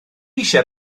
eisiau